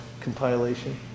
compilation